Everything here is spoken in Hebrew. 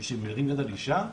מי שמרים יד על אישה,